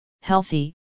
healthy